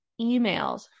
emails